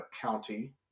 County